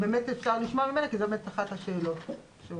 אפשר לשמוע ממנה כי זו באמת אחת השאלות שעולה.